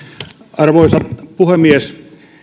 arvoisa puhemies